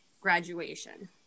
graduation